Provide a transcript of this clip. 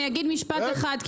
אני אגיד משפט אחד,